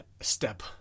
step